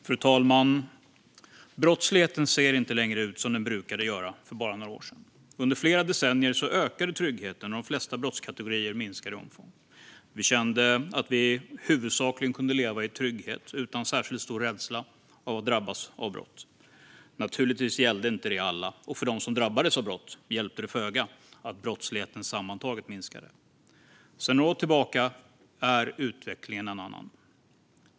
Fru talman! Brottsligheten ser inte längre ut som den brukade för bara några år sedan. Under flera decennier ökade tryggheten, och de flesta brottskategorier minskade i omfång. Vi kände att vi huvudsakligen kunde leva i trygghet, utan särskilt stor rädsla att drabbas av brott. Naturligtvis gällde det inte alla. Och för dem som drabbades av brott hjälpte det föga att brottsligheten sammantaget minskade. Sedan några år tillbaka är utvecklingen en annan.